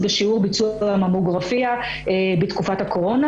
בשיעור ביצוע ממוגרפיה בתקופת הקורונה.